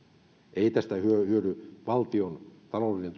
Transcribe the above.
ei tästä hyödy valtion taloudellinen